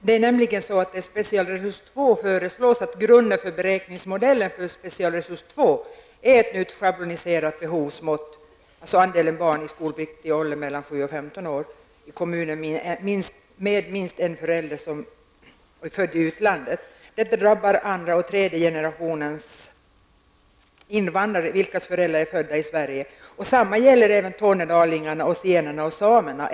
Det föreslås nämligen att grunden för beräkningsmodellen för specialresurs 2 är ett nytt schabloniserat behovsmått, dvs. andelen barn i skolpliktig ålder mellan sju och femton år -- med minst en förälder som är född i utlandet -- i kommunerna. Detta drabbar andra och tredje generationens invandrare, vilkas föräldrar är födda i Sverige. Detta gäller även tornedalingarna, zigenarna och samerna.